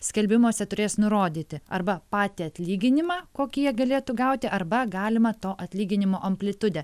skelbimuose turės nurodyti arba patį atlyginimą kokį jie galėtų gauti arba galimą to atlyginimo amplitudę